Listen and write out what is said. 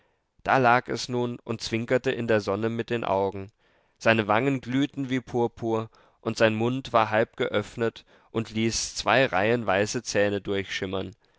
da lag es nun und zwinkerte in der sonne mit den augen seine wangen glühten wie purpur und sein mund war halb geöffnet und ließ zwei reihen weiße zähne durchschimmern